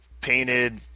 Painted